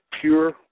pure